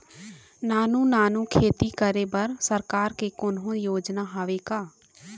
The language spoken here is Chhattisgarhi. नानू नानू खेती करे बर सरकार के कोन्हो योजना हावे का?